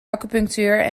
acupunctuur